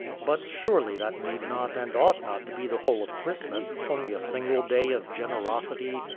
but surely that need not and ought not to be the whole of christmas only a single day of generosity,